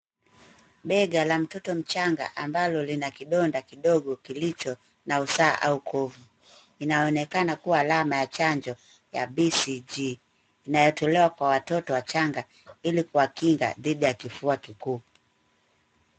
Bega la mtoto mchanga ambalo lina kidonda kidogo kilicho na usaha au kovu. Inaonekana kuwa alama ya chanjo ya BCG inayotolewa kwa watoto wachanga, ili kuwakinga dhidi ya kifua kikuu.